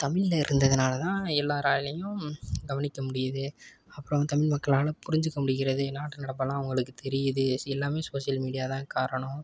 தமிழ்ல இருந்ததுனால் தான் எல்லாராலேயும் கவனிக்க முடியுது அப்புறம் தமிழ் மக்களால் புரிஞ்சுக்க முடிகிறது நாட்டு நடப்பெல்லாம் அவர்களுக்கு தெரியுது ஸ் எல்லாமே சோசியல் மீடியா தான் காரணம்